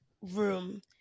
room